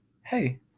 hey